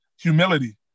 humility